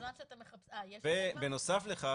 ובנוסף לכך,